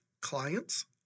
clients